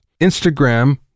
Instagram